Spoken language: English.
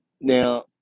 Now